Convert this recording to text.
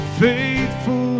faithful